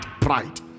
pride